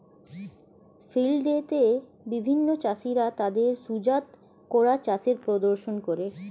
field day তে বিভিন্ন চাষীরা তাদের সুজাত করা চাষের প্রদর্শন করে